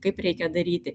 kaip reikia daryti